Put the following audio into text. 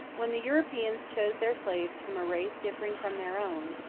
when the europeans chose their slaves from a race differing from their own,